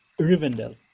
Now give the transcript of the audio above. Rivendell